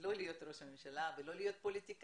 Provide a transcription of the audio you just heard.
להיות ראש הממשלה וגם לא להיות פוליטיקאית.